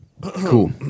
Cool